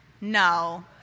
No